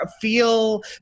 feel